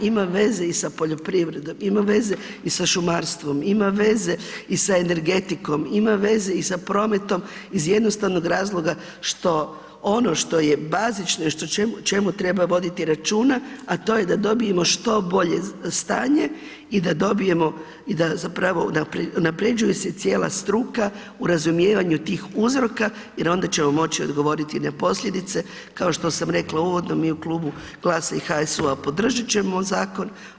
Ima veze i sa poljoprivredom, ima veze i sa šumarstvom, ima veze i sa energetikom, ima veze i sa prometom iz jednostavnog razloga što ono što je bazično i o čemu treba voditi računa, a to je da dobijemo što bolje stanje i da dobijemo i da zapravo unapređuje se cijela struka u razumijevanju tih uzroka jer onda ćemo moći odgovoriti na posljedice kao što sam rekla uvodno mi u Klubu GLAS-a i HSU-a podržat ćemo zakon.